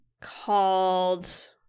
called